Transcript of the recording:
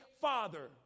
father